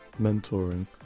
mentoring